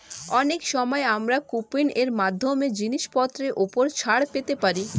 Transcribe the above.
অনেক সময় আমরা কুপন এর মাধ্যমে জিনিসপত্রের উপর ছাড় পেতে পারি